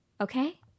Okay